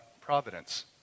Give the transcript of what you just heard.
providence